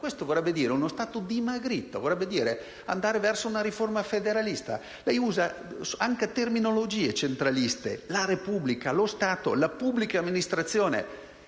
Significherebbe uno Stato dimagrito, significherebbe andare verso una riforma federalista. Lei usa anche terminologie centraliste: la Repubblica, lo Stato, la pubblica amministrazione.